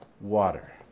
water